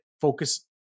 focus